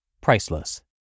priceless